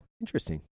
Interesting